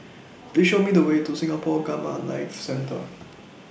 Please Show Me The Way to Singapore Gamma Knife Centre